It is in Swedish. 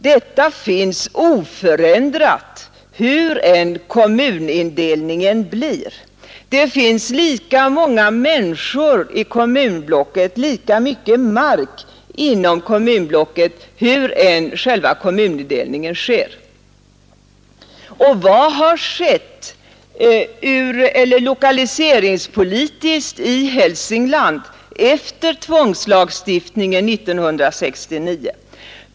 Detta finns oförändrat hur än kommunindelningen blir. Det finns lika många människor i kommunblocket och lika mycket mark inom kommun 65 3 Riksdagens protokoll 1972. Nr 83-84 blocket hur än själva kommunindelningen blir. Och vad har skett lokaliseringspolitiskt i Hälsingland efter tvångslagstiftningen 1969?